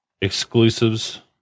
exclusives